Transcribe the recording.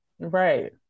Right